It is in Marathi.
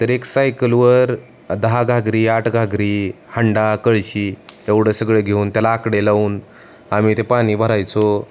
तर एक सायकलवर दहा घागरी आठ घागरी हंडा कळशी तेवढं सगळे घेऊन त्याला आकडे लावून आम्ही ते पाणी भरायचो